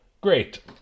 great